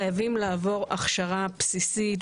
חייבים לעבור הכשרה בסיסית,